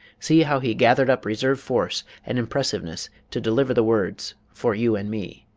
see how he gathered up reserve force and impressiveness to deliver the words for you and me.